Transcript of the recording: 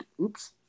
Oops